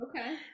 okay